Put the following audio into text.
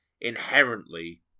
inherently